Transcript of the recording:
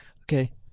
Okay